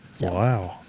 Wow